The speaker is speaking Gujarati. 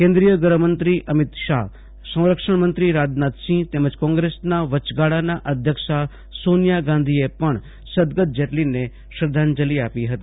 કેન્દ્રિય ગ્રહમંત્રી અમીત શાહ સંરક્ષણમંત્રી રાજનાથસિંહ તેમજ કોંગ્રેસના વચગાળાના અધ્યક્ષા સોનિયા ગાંધી પણ સદગત જેટલીને શ્રધ્ધાંજલી આપી હતી